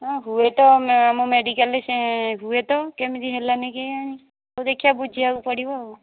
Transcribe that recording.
ହଁ ହୁଏତ ଆମ ମେଡ଼ିକାଲରେ ସେ ହୁଏତ କେମିତି ହେଲାନି କେଜାଣି ହଉ ଦେଖିବା ବୁଝିବାକୁ ପଡ଼ିବ